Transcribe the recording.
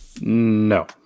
No